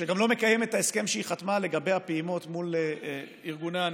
שגם לא מקיימת את ההסכם שהיא חתמה לגבי הפעימות מול ארגוני הנכים,